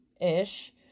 ish